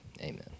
Amen